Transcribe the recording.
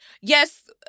yes